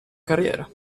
carriera